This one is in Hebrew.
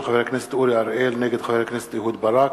חבר הכנסת אורי אריאל נגד חבר הכנסת אהוד ברק,